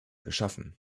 geschaffen